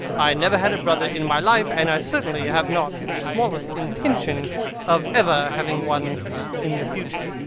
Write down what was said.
i never had a brother in my life, and i certainly have not the smallest intention of ever having one in the future.